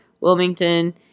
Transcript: Wilmington